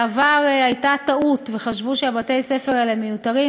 בעבר הייתה טעות וחשבו שבתי-הספר האלה מיותרים.